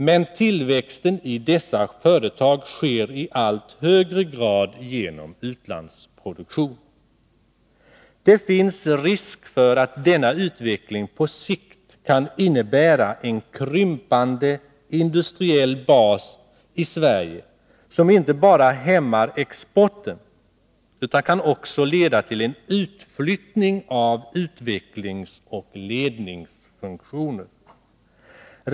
Men tillväxten i dessa företag sker i allt högre grad genom utlandsproduktion.” ——-- ”Det finns risk för att denna utveckling på sikt kan innebära en krympande industriell bas i Sverige som inte bara hämmar exporten utan också kan leda till en utflyttning av utvecklingsoch ledningsfunktioner.